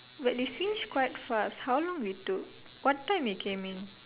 wait we finish quite fast how long we took what time we came in